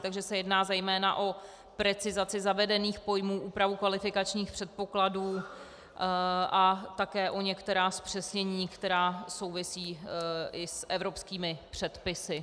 Takže se jedná zejména o precizaci zavedených pojmů, úpravu kvalifikačních předpokladů a také o některá zpřesnění, která souvisí i s evropskými předpisy.